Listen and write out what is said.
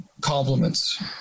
compliments